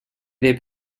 they